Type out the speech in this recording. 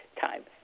time